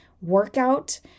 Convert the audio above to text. workout